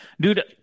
Dude